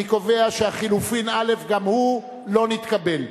אני קובע שהחלופין א' גם הוא לא נתקבל.